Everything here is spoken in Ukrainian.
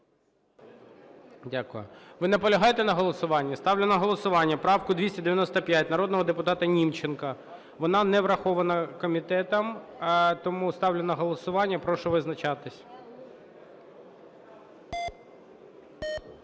Дякую. Ви наполягаєте на голосуванні? Ставлю на голосування правку 295 народного депутата Німченка. Вона не врахована комітетом. Тому ставлю на голосування, прошу визначатися.